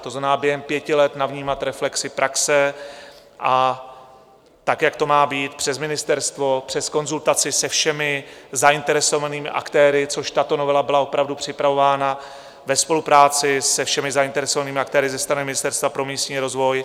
To znamená, během pěti let navnímat reflexi praxe tak, jak to má být, přes ministerstvo, přes konzultaci se všemi zainteresovanými aktéry, což tato novela byla opravdu připravována ve spolupráci se všemi zainteresovanými aktéry ze strany Ministerstva pro místní rozvoj.